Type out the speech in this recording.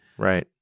Right